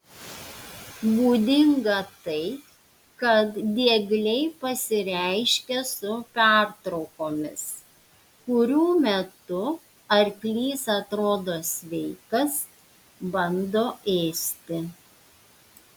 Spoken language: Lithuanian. būdinga tai kad diegliai pasireiškia su pertraukomis kurių metu arklys atrodo sveikas bando ėsti